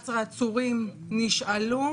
111 עצורים נשאלו